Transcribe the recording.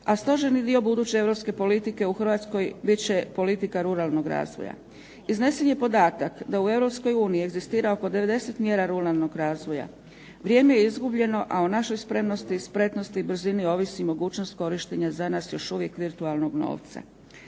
a stožerni dio buduće Europske politike u Hrvatskoj biti će politika ruralnog razvoja. Iznesen je podatak da u Europskoj uniji egzistira oko 90 mjera ruralnog razvoja, vrijeme je izgubljeno a o našoj spretnosti, spremnosti ovisi mogućnost korištenja za nas još uvijek virtualnog novca.